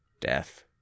death